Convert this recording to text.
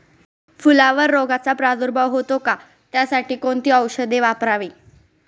फुलावर रोगचा प्रादुर्भाव होतो का? त्यासाठी कोणती औषधे वापरावी?